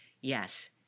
Yes